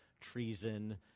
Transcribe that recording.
treason